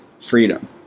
freedom